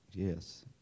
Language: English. Yes